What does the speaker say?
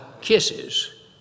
kisses